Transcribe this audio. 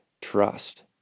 Trust